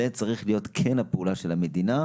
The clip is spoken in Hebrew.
זו צריכה להיות כן הפעולה של המדינה,